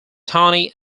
tony